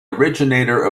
originator